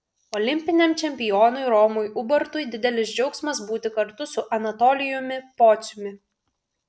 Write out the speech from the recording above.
olimpiniam čempionui romui ubartui didelis džiaugsmas būti kartu su anatolijumi pociumi